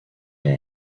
elle